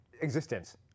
existence